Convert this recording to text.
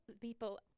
people